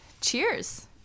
Cheers